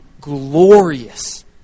glorious